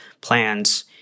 plans